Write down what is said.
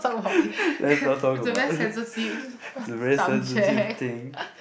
let's not talk about it's a very sensitive thing